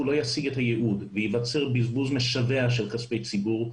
שלא ישיג את הייעוד וייווצר בזבוז משווע של כספי ציבור,